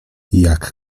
jak